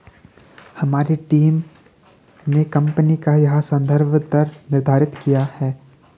हमारी टीम ने कंपनी का यह संदर्भ दर निर्धारित किया है